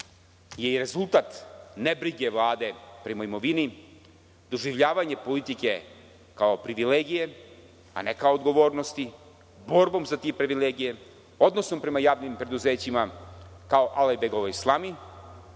je i rezultat nebrige Vlade prema imovini, doživljavanje politike kao privilegije, a ne kao odgovornosti, borbom za te privilegije, odnosom prema javnim preduzećima kao Alajbegovoj slami